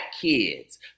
kids